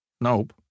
Nope